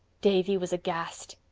davy was aghast.